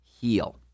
heal